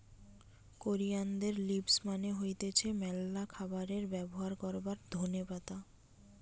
কোরিয়ানদের লিভস মানে হতিছে ম্যালা খাবারে ব্যবহার করবার ধোনে পাতা